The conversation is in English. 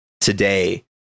today